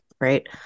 right